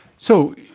so